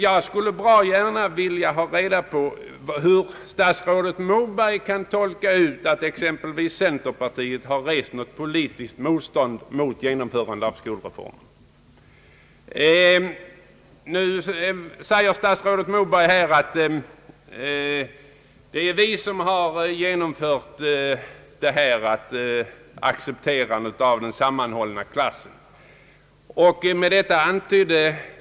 Jag skulle bra gärna vilja ha reda på hur statsrådet Moberg kan komma fram till att exempelvis centerpartiet rest något politiskt motstånd mot skolreformens genomförande.